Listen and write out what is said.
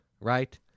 right